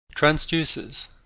Transducers